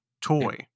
toy